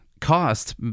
cost